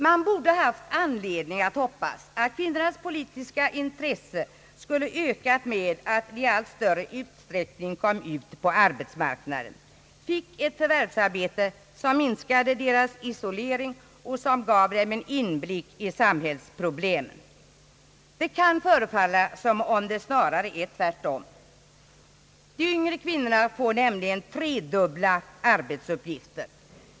Man borde ha anledning att hoppas att kvinnornas politiska intresse skulle ha ökat med att de i allt större utsträckning kom ut på arbetsmarknaden och fick ett förvärvsarbete, som minskade deras isolering och gav dem en inblick i samhällsproblemen. Det kan förefalla som om det snarare vore tvärtom. De yngre kvinnorna får nämligen tredubbla arbetsuppgifter.